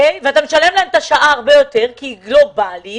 אתה משלם להם יותר לשעה כי היא גלובלית,